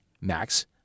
Max